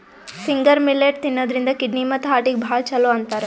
finger millet ತಿನ್ನದ್ರಿನ್ದ kidney ಮತ್ತ್ ಹಾರ್ಟಿಗ್ ಭಾಳ್ ಛಲೋ ಅಂತಾರ್